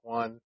one